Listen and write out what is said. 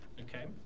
okay